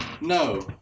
No